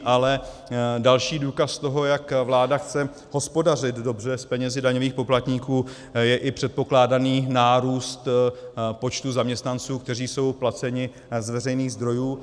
Ale další důkaz toho, jak vláda chce hospodařit dobře s penězi daňových poplatníků, je i předpokládaný nárůst počtu zaměstnanců, kteří jsou placeni z veřejných zdrojů.